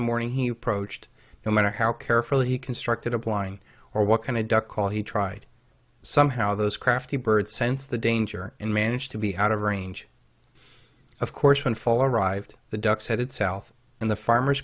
the morning he approached no matter how carefully constructed applying or what kind of duck call he tried some how those crafty birds sensed the danger and managed to be out of range of course when fall arrived the ducks headed south and the farmer